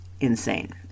insane